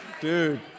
dude